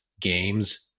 games